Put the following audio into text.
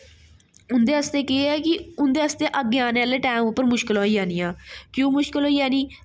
उं'दे आस्तै केह् हा कि उं'दे आस्तै अग्गें औने आह्ले टाइम पर मुशकल होई जानियां क्यों मुशकल होई जानी